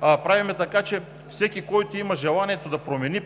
правим така, че всеки, който има желанието да промени